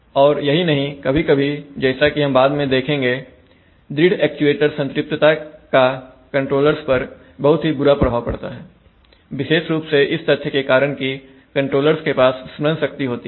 और यही नहीं कभी कभी जैसा कि हम बाद में देखेंगे दृढ़ एक्चुएटर संतृप्तता का कंट्रोलर्स पर बहुत ही बुरा प्रभाव पड़ता है विशेष रुप से इस तथ्य के कारण की कंट्रोलर्स के पास स्मरण शक्ति होती है